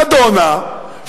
נדונה,